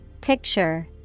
Picture